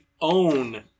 own